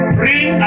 bring